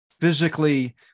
physically